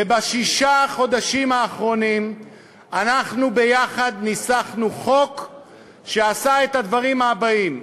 ובששת החודשים האחרונים אנחנו ניסחנו ביחד חוק שעשה את הדברים הבאים: